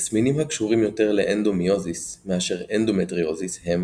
תסמינים הקשורים יותר לאדנומיוזיס מאשר אנדומטריוזיס הם,